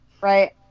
right